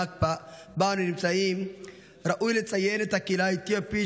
שבה אנו נמצאים ראוי לציין את הקהילה האתיופית,